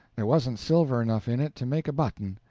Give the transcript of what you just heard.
there wasn't silver enough in it to make a button.